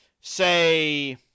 say